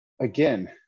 again